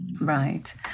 Right